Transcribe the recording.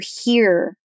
hear